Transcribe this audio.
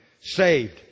Saved